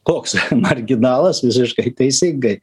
koks marginalas visiškai teisingai